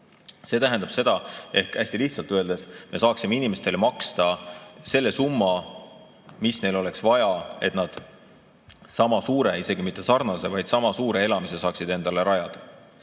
See tähendab seda, hästi lihtsalt öeldes, et me saaksime inimestele maksta selle summa, mis neil oleks vaja, et nad sama suure, isegi mitte sarnase, vaid sama suure elamise saaksid endale rajada.